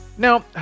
Now